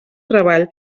treball